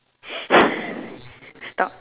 stop